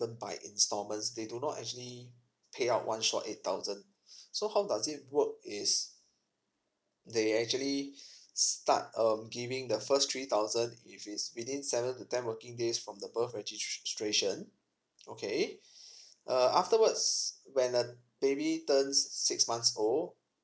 given by installment they do not actually paid out one shot eight thousand so how does it work is they actually start um giving the first three thousand if it's within seven to ten working days from the birth registration okay uh afterwards when a baby turns six months old